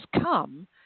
come